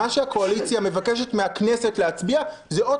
שהקואליציה מבקשת מהכנסת להצביע הוא עוד